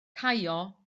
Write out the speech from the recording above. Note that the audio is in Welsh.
caio